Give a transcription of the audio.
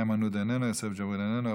איימן עודה, איננו,